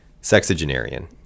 sexagenarian